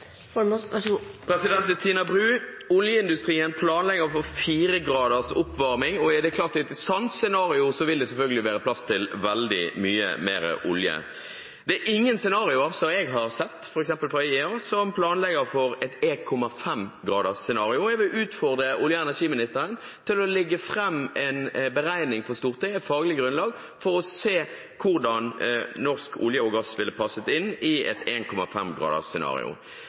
Tina Bru: Oljeindustrien planlegger for 4 graders oppvarming. Det er klart at i et sånt scenario vil det selvfølgelig være plass til veldig mye mer olje. Det er ingen jeg har sett, f.eks. IEA, som planlegger for et 1,5-gradersscenario, og jeg vil utfordre olje- og energiministeren til, på faglig grunnlag, å legge fram en beregning for Stortinget for å se hvordan norsk olje og gass ville passet inn i et